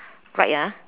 right ah